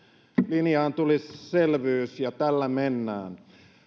linjaan tuli selvyys ja tällä mennään